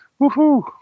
Woohoo